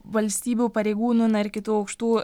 valstybių pareigūnų na ir kitų aukštų